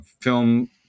film